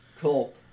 Cool